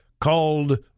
called